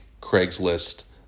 Craigslist